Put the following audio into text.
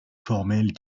formelles